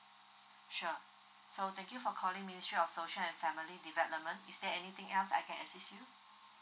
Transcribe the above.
sure so thany you for calling ministry of social and family development is there anything else I can assist you